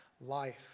life